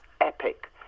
epic